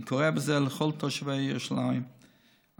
אני קורא בזה לכל תושבי ירושלים אשר,